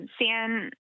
San